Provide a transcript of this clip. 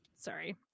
Sorry